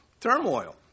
turmoil